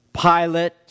Pilate